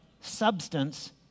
substance